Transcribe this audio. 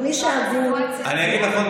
מי שהגון,